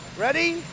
Ready